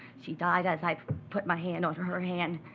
she died as i put my hand on her her hand,